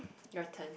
your turn